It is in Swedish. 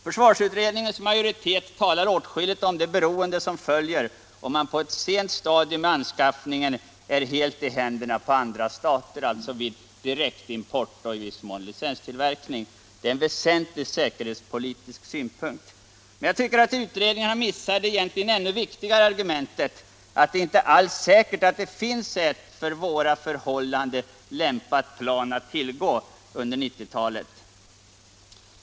Försvarsutredningens majoritet har åtskilligt att säga om det beroende som följer om man på ett sent stadium i anskaffningen är helt i händerna på andra stater, alltså vid direktimport och i viss mån vid licenstillverkning. Det är en väsentlig säkerhetspolitisk synpunkt. Men jag tycker att utredningen missat det viktigare argumentet, nämligen att det inte alls är säkert att det finns ett för våra förhållanden lämpat plan att tillgå under 1990-talet.